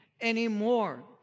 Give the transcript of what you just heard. anymore